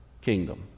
kingdom